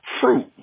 fruit